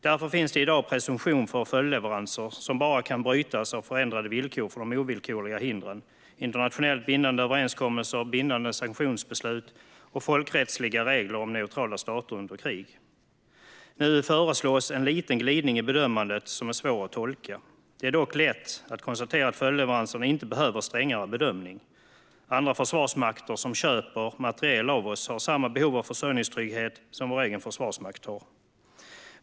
Därför finns det i dag presumtion för följdleveranser, som bara kan brytas av förändrade villkor för de ovillkorliga hindren - internationellt bindande överenskommelser, bindande sanktionsbeslut och folkrättsliga regler om neutrala stater under krig. Nu föreslås en liten glidning i bedömandet som är svår att tolka. Det är dock lätt att konstatera att följdleveranserna inte behöver strängare bedömning. Andra försvarsmakter som köper materiel av oss har samma behov av försörjningstrygghet som vår egen försvarsmakt har.